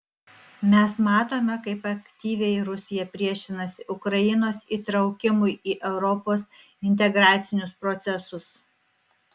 mes matome kaip aktyviai rusija priešinasi ukrainos įtraukimui į europos integracinius procesus